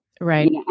Right